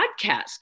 podcast